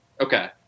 Okay